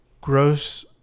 Gross